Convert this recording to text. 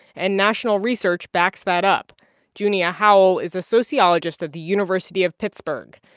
and national research backs that up junia howell is a sociologist at the university of pittsburgh.